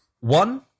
One